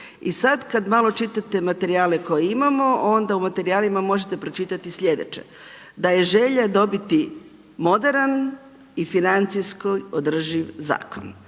I sad kad malo čitate materijale koje imamo onda u materijalima možete pročitati slijedeće. Da je želja dobiti moderan i financijski održiv Zakon.